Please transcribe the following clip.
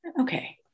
Okay